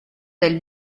del